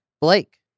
Blake